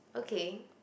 okay